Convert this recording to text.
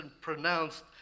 pronounced